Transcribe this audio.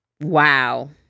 Wow